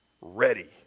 ready